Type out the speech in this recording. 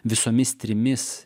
visomis trimis